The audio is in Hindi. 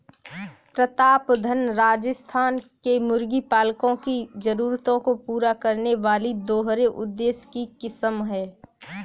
प्रतापधन राजस्थान के मुर्गी पालकों की जरूरतों को पूरा करने वाली दोहरे उद्देश्य की किस्म है